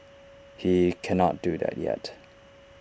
he cannot do that yet